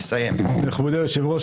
נכבדי היושב ראש,